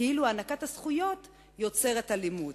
כאילו הענקת הזכויות יוצרת אלימות,